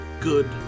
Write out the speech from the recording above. good